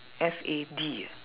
F A D ah